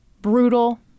Brutal